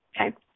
okay